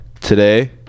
today